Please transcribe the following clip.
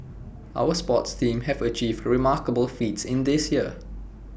our sports teams have achieved remarkable feats in this year